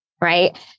right